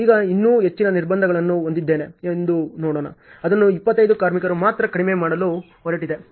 ಈಗ ಇನ್ನೂ ಹೆಚ್ಚಿನ ನಿರ್ಬಂಧಗಳನ್ನು ಹೊಂದಿದ್ದೇನೆ ಎಂದು ನೋಡೋಣ ಅದನ್ನು 25 ಕಾರ್ಮಿಕರಿಗೆ ಮಾತ್ರ ಕಡಿಮೆ ಮಾಡಲು ಹೊರಟಿದೆ